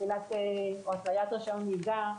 שלילת או השהיית רישיון נהיגה,